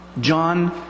John